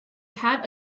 had